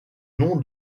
nom